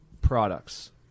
products